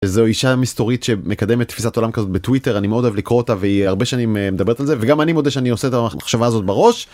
איזה אישה מסתורית שמקדמת תפיסת עולם כזאת בטוויטר אני מאוד אוהב לקרוא אותה והיא הרבה שנים מדברת על זה וגם אני מודה שאני עושה את המחשבה הזאת בראש.